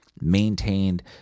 maintained